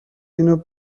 اینو